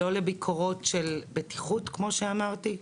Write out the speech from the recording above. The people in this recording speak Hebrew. לא לביקורות של בטיחות כמו שאמרתי,